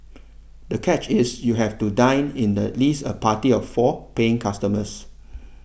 the catch is you have to dine in the least a party of four paying customers